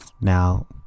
now